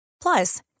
Plus